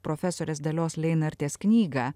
profesorės dalios leinartės knygą